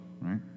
right